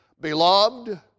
Beloved